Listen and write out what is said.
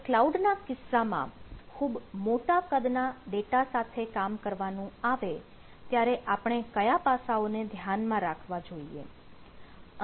જ્યારે કલાઉડ ના કિસ્સામાં ખૂબ મોટા કદના ડેટા સાથે કામ કરવાનું આવે ત્યારે આપણે કયા પાસાઓને ધ્યાનમાં રાખવા જોઈએ